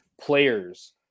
players